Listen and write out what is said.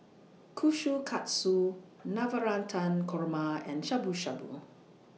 Kushikatsu Navratan Korma and Shabu Shabu